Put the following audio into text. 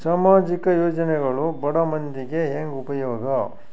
ಸಾಮಾಜಿಕ ಯೋಜನೆಗಳು ಬಡ ಮಂದಿಗೆ ಹೆಂಗ್ ಉಪಯೋಗ?